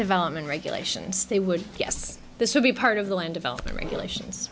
development regulations they would yes this will be part of the land development regulations